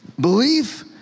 Belief